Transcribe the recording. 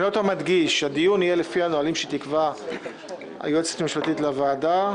אני עוד פעם מדגיש: הדיון יהיו לפי נהלים שתקבע היועצת המשפטית לוועדה,